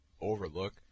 overlook